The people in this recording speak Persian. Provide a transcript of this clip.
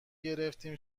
گرفتیم